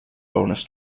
bonus